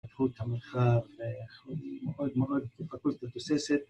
פתחו את המרחב, מאוד מאוד פתחו את התוססת